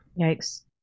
Yikes